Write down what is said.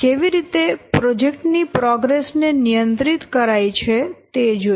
કેવી રીતે પ્રોજેક્ટ ની પ્રોગ્રેસ નિયંત્રિત કરાય છે તે જોઈએ